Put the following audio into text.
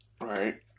Right